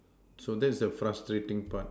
so that is the frustrating part